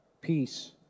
peace